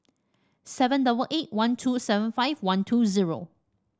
seven double eight one two seven five one two zero